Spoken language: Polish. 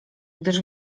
gdyż